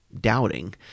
doubting